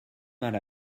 mal